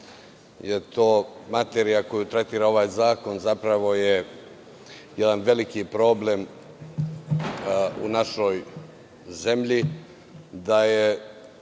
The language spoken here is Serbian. je materija koju tretira ovaj zakon zapravo jedan veliki problem u našoj zemlji,